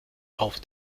auf